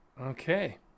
okay